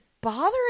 bothering